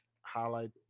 highlight